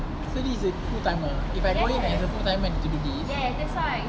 so this is a full timer if I go in as a full timer I had to do this